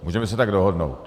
Můžeme se tak dohodnout.